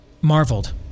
marveled